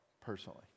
personally